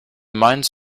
mines